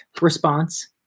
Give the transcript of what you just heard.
response